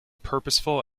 purposeful